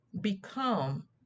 become